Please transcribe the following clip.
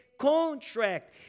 contract